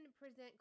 present